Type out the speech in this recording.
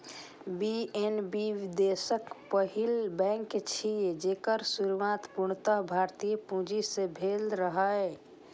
PNB देशक पहिल bank छियै, जेकर शुरुआत पूर्णतः भारतीय पूंजी सं भेल रहै